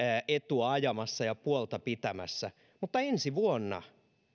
etua ajamassa ja puolta pitämässä mutta ensi vuonna